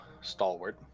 Stalwart